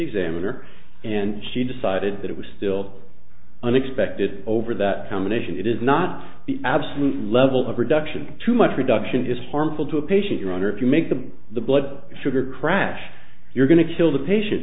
examiner and she decided that it was still unexpected over that combination it is not absolute level of reduction too much reduction is harmful to a patient around or if you make them the blood sugar crash you're going to kill the patient